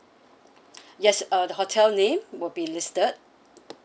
yes uh the hotel name will be listed